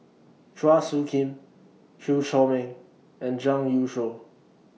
Chua Soo Khim Chew Chor Meng and Zhang Youshuo